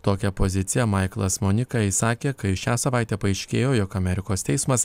tokią poziciją maiklas monika išsakė kai šią savaitę paaiškėjo jog amerikos teismas